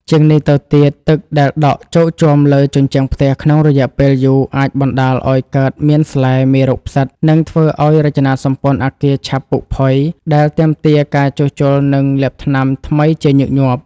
ជាងនេះទៅទៀត ទឹកដែលដក់ជោកជាំលើជញ្ជាំងផ្ទះក្នុងរយៈពេលយូរ អាចបណ្តាលឱ្យកើតមានស្លែ មេរោគផ្សិត និងធ្វើឱ្យរចនាសម្ព័ន្ធអគារឆាប់ពុកផុយ ដែលទាមទារការជួសជុល និងលាបថ្នាំថ្មីជាញឹកញាប់។